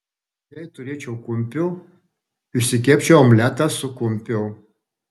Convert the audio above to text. jei turėčiau kumpio išsikepčiau omletą su kumpiu